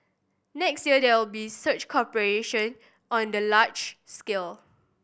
next year there will be such cooperation on the large scale